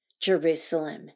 Jerusalem